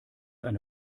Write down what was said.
eine